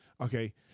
Okay